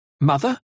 Mother